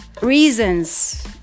reasons